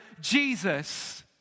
Jesus